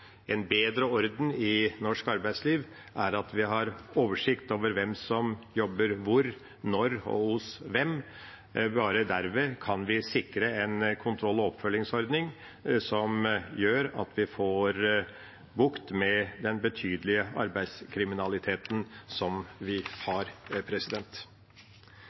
en bedre orden i norsk arbeidsliv, er at vi har oversikt over hvem som jobber hvor, når og hos hvem. Bare derved kan vi sikre en kontroll- og oppfølgingsordning som gjør at vi får bukt med den betydelige arbeidslivskriminaliteten vi har.